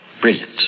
Brilliant